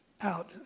out